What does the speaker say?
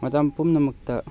ꯃꯇꯝ ꯄꯨꯝꯅꯃꯛꯇ